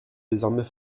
désormais